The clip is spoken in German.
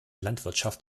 landwirtschaft